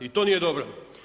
I to nije dobro.